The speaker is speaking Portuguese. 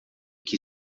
que